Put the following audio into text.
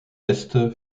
est